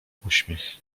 uśmiech